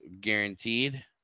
guaranteed